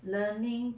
learning